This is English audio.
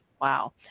wow